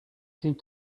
seemed